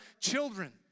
children